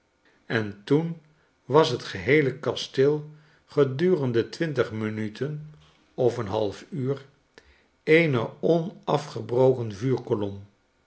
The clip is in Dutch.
en toen was het geheele kasteel gedurende twintig minuten of een half uur eene onafgebroken vuurkolom